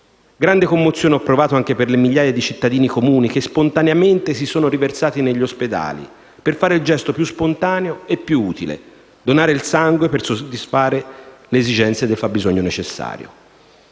Grande commozione ho provato anche per le migliaia di cittadini comuni che spontaneamente si sono riversati negli ospedali, per fare il gesto più spontaneo e più utile: donare il sangue per soddisfare il fabbisogno necessario.